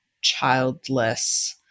childless